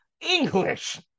English